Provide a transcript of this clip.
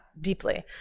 deeply